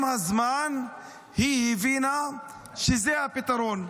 עם הזמן היא הבינה שזה הפתרון.